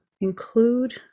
include